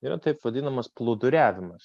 yra taip vadinamas plūduriavimas